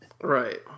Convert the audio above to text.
Right